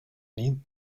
need